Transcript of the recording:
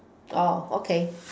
okay